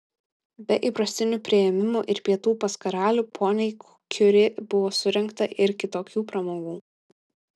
be įprastinių priėmimų ir pietų pas karalių poniai kiuri buvo surengta ir kitokių pramogų